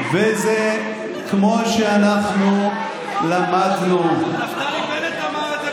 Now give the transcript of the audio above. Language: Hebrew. וזה כמו שאנחנו למדנו -- נפתלי בנט אמר את זה,